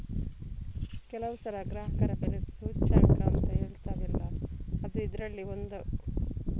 ಕೆಲವು ಸಲ ಗ್ರಾಹಕ ಬೆಲೆ ಸೂಚ್ಯಂಕ ಅಂತ ಹೇಳ್ತೇವಲ್ಲ ಅದೂ ಇದ್ರಲ್ಲಿ ಒಂದು